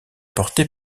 porté